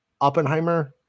Oppenheimer